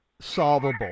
solvable